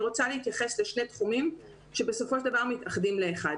אני רוצה להתייחס לשני תחומים שבסופו של דבר מתאחדים לאחד.